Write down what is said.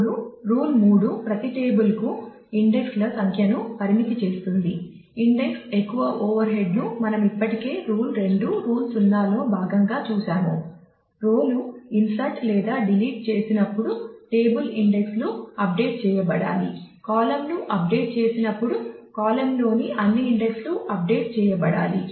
అప్పుడు రూల్ 3 ప్రతి టేబుల్ లు అప్డేట్ చేసినప్పుడు కాలమ్లోని అన్ని ఇండెక్స్ లు అప్డేట్ చేయబడాలి